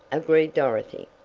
agreed dorothy,